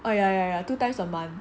oh ya ya ya two times a month